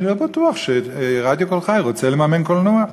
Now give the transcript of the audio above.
אני לא בטוח שרדיו "קול חי" רוצה לממן קולנוע.